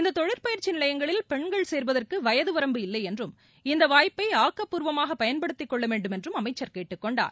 இந்த தொழிற்பயிற்சி நிலையங்களில் பெண்கள் சேருவதற்கு வயது வரம்பு இல்லை என்றும் இந்த வாய்ப்பை ஆக்கப்பூர்வமாகப் பயன்படுத்திக் கொள்ள வேண்டும் என்றும் அமைச்சர் கேட்டுக்கொண்டார்